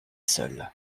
seul